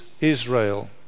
Israel